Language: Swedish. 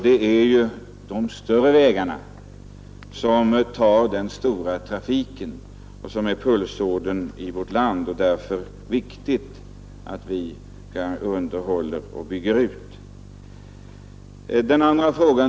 Det är ju de större vägarna som tar den stora trafiken och som är pulsådrorna i vårt land. Det är därför viktigt att vi underhåller och bygger ut dem. Herr talman!